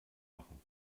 machen